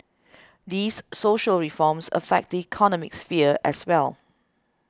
these social reforms affect the economic sphere as well